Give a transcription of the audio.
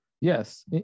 yes